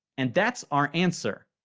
and that's our answer.